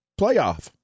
playoff